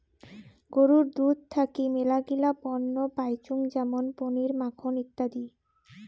গরুর দুধ থাকি মেলাগিলা পণ্য পাইচুঙ যেমন পনির, মাখন ইত্যাদি